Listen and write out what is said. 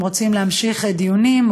אם רוצים להמשיך דיונים,